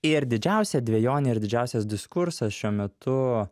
ir didžiausia dvejonė ir didžiausias diskursas šiuo metu